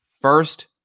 First